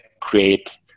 create